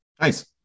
Nice